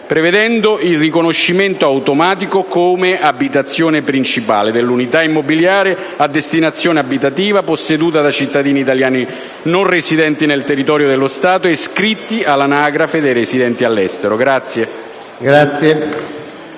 prevedendo il riconoscimento automatico come abitazione principale delle unità immobiliari a destinazione abitativa possedute da cittadini italiani non residenti nel territorio dello Stato e iscritti all'Anagrafe degli italiani residenti all'estero.